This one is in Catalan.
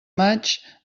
maig